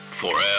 Forever